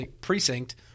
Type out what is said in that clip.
precinct